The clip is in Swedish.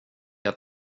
att